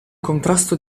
contrasto